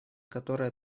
которая